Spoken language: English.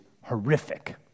horrific